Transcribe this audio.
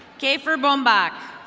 kayfer bomback.